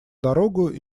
дорогу